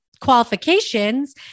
qualifications